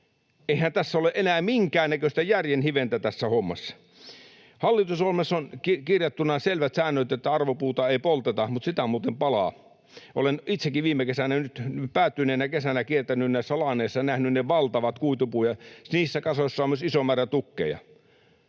hommassa ole enää minkäännäköistä järjen hiventä. Hallitusohjelmassa on kirjattuna selvät säännöt, että arvopuuta ei polteta, mutta sitä muuten palaa. Olen itsekin viime kesänä, nyt päättyneenä kesänä, kiertänyt näissä laaneissa ja nähnyt ne valtavat kuitupuut, ja niissä kasoissa on myös iso määrä tukkeja